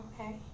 Okay